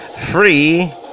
free